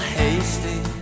hasty